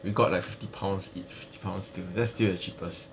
we got like fifty pounds each fifty pounds that's still the cheapest